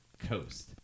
Coast